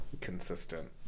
consistent